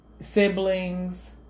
siblings